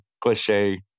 cliche